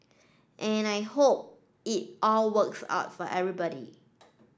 and I hope it all works out for everybody